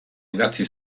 idatzi